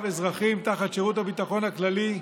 אחר אזרחים תחת שירות הביטחון הכללי,